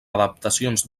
adaptacions